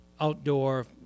outdoor